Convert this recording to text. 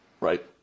Right